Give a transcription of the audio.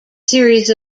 series